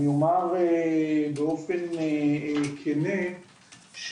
אני אומר באופן כנה,